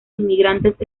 inmigrantes